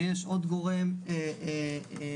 שיש עוד גורם מייעץ,